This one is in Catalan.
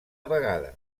vegada